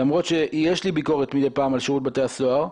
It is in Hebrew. למרות שיש לי ביקורת מדי פעם על שירות בתי הסוהר,